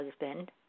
husband